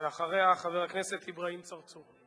ואחריה, חבר הכנסת אברהים צרצור.